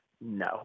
No